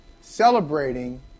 celebrating